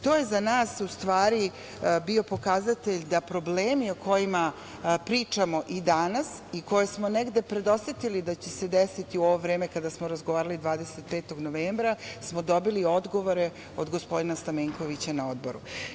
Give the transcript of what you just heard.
To je za nas, u stvari bio pokazatelj da problemi o kojima pričamo i danas i koje smo negde predosetili da će se desiti u ovo vreme kada smo razgovarali 25. novembra smo dobili odgovore od gospodina Stamenkovića na Odboru.